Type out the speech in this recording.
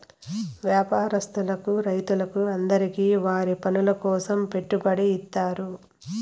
వ్యాపారస్తులకు రైతులకు అందరికీ వారి పనుల కోసం పెట్టుబడి ఇత్తారు